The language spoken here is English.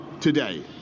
today